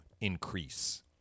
increase